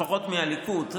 לפחות מהליכוד,